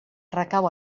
recau